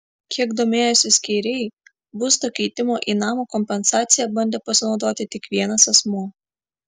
kiek domėjosi skeiriai būsto keitimo į namą kompensacija bandė pasinaudoti tik vienas asmuo